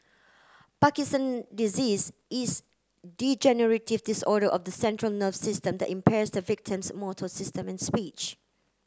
Parkinson Disease is degenerative disorder of the central nerve system that impairs the victim's motor system and speech